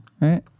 right